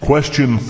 Question